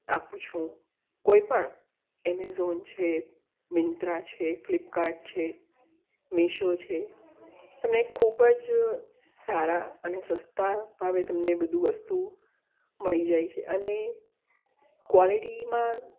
આપું છું કોઈપણ એમેઝોન છે મીંત્રા છે ફ્લિપકાર્ટ છે મિશો છે તમને એ ખૂબ જ સારા અને સસ્તા ભાવે તમને બધુ વસ્તુ મળી જાય છે અને ક્વોલિટીમાં